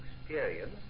experience